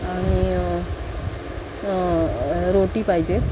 आणि रोटी पाहिजेत